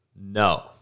No